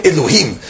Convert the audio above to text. Elohim